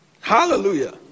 Hallelujah